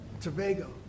Tobago